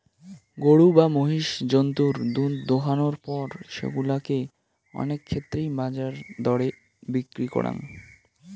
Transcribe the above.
গরু বা মহিষ জন্তুর দুধ দোহানোর পর সেগুলা কে অনেক ক্ষেত্রেই বাজার দরে বিক্রি করাং